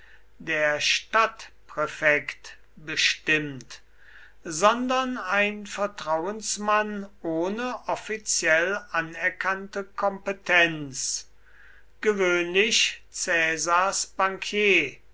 der stadtpräfekt bestimmt sondern ein vertrauensmann ohne offiziell anerkannte kompetenz gewöhnlich caesars bankier